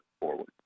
forward